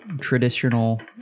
traditional